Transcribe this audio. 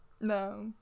No